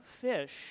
fish